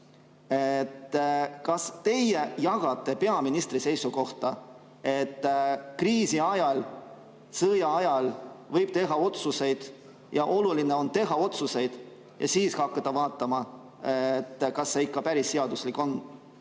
kas teie jagate peaministri seisukohta, et kriisiajal, sõjaajal võib teha otsuseid ja oluline on teha otsuseid, ja [hiljem] hakata vaatama, kas see ikka päris seaduslik on?